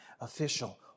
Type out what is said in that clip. official